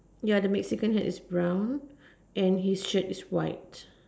ya the Mexican hat is brown and his shirt is white